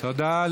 תודה.